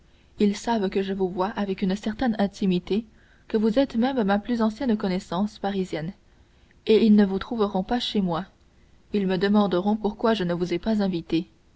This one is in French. ils savent que je vous vois avec une certaine intimité que vous êtes même ma plus ancienne connaissance parisienne et ils ne vous trouveront pas chez moi ils me demanderont pourquoi je ne vous ai pas invité